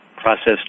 processed